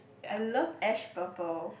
I love ash purple